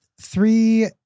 three